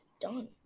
done